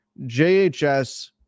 JHS